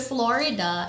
Florida